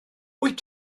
wyt